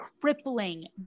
crippling